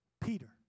Peter